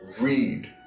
read